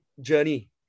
journey